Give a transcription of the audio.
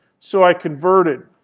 so i converted